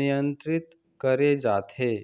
नियंत्रित करे जाथे